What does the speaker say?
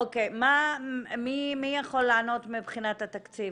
אוקיי, מי יכול לענות מבחינת התקציב?